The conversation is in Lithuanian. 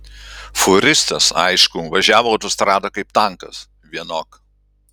fūristas aišku važiavo autostrada kaip tankas vienok